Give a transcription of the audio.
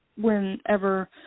whenever